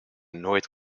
nooit